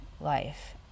life